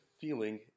feeling